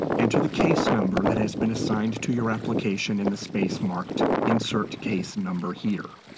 enter the case number that has been assigned to your application in the space marked insert case number here.